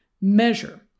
measure